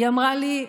היא אמרה לי: